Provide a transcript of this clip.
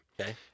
Okay